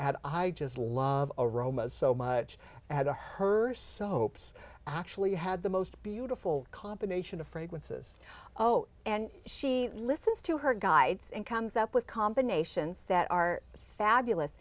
i just love aroma so much i had to hers soaps actually had the most beautiful combination of fragrances oh and she listens to her guides and comes up with combinations that are fabulous